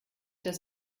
das